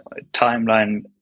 timeline